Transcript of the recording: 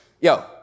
Yo